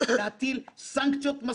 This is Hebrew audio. שלא היו ראויים להם מלכתחילה,